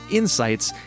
insights